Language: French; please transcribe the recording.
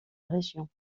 région